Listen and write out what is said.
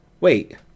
Wait